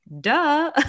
duh